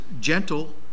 gentle